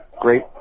great